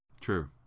True